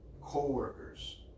coworkers